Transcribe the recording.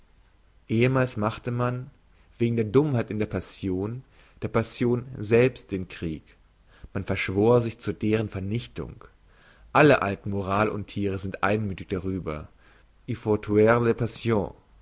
ehemals machte man wegen der dummheit in der passion der passion selbst den krieg man verschwor sich zu deren vernichtung alle alten moral unthiere sind einmüthig darüber